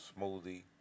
smoothie